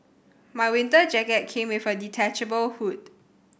my winter jacket came with a detachable hood